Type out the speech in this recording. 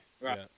Right